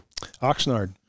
Oxnard